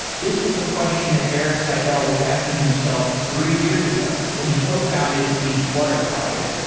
this was the question that eric seidel was asking himself three years ago when he cofounded the flutter project.